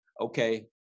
okay